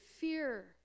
fear